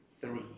three